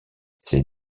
ses